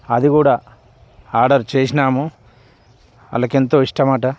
అది కూడా ఆర్డర్ చేశాము వాళ్ళకెంతో ఇష్టం అన్నమాట